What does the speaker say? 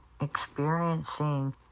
experiencing